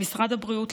למשרד הבריאות,